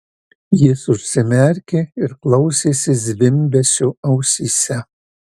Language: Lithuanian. jis užsimerkė ir klausėsi zvimbesio ausyse